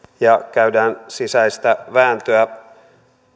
ja käydään sisäistä vääntöä